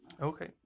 Okay